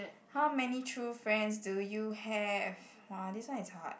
how many true friends do you have !wah! this one is hard